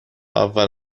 اول